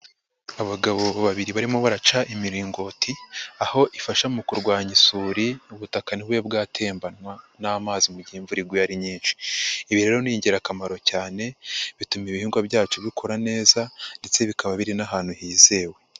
Abagabo babiri barimo baraca imiringoti, aho ifasha mu kurwanya isuri ubutaka ntibube bwatembanywa n'amazi mu gihe imvura iguye ari nyinshi. Ibi rero ni ingirakamaro cyane, bituma ibihingwa byacu bikora neza ndetse bikaba biri n'ahantu hizewe.